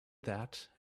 that